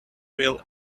will